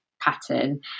pattern